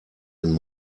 den